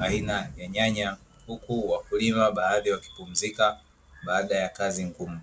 aina ya nyanya huku wakulima baadhi wakipumzika baada ya kazi ngumu.